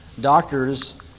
Doctors